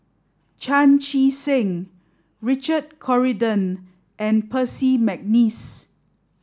Chan Chee Seng Richard Corridon and Percy McNeice